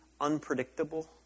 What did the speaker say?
unpredictable